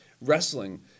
wrestling